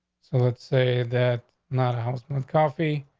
so let's say that not a house coffee,